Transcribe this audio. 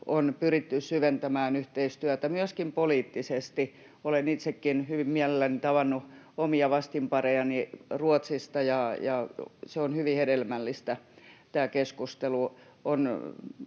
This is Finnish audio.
on pyritty syventämään yhteistyötä myöskin poliittisesti. Olen itsekin hyvin mielelläni tavannut omia vastinparejani Ruotsista, ja tämä keskustelu